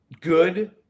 good